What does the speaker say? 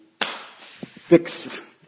fix